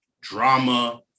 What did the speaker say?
drama